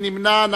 מי נמנע?